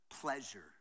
Pleasure